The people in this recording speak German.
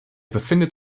befindet